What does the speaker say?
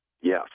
Yes